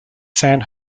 san